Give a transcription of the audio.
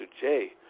Jay